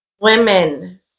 women